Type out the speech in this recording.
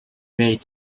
made